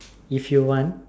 if you want